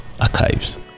archives